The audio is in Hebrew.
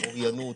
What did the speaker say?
אוריינות,